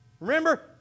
Remember